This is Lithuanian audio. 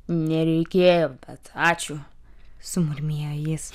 nereikėjo bet ačiū sumurmėjo jis